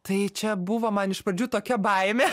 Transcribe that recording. tai čia buvo man iš pradžių tokia baimė